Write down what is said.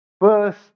first